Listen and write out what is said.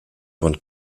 von